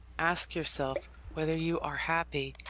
ask yourself whether you are happy,